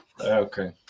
Okay